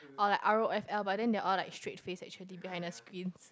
or like r_o_f_l but then they are all like straight face actually behind the screens